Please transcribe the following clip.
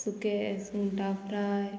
सुके सुंगटा फ्राय